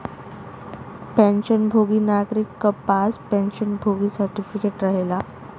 pension भोगी नागरिक क पास पेंशन भोगी सर्टिफिकेट रहेला